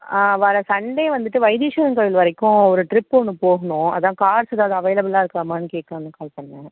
ஆ வர்ற சன்டே வந்துவிட்டு வைத்தீஸ்வரன் கோவில் வரைக்கும் ஒரு ட்ரிப் ஒன்று போகணும் அதான் கார்ஸ் எதாவது அவைலபிலாக இருக்காமான்னு கேட்கலாம்னு வந்து கால் பண்ணேன்